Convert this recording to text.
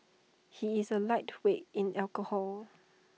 he is A lightweight in alcohol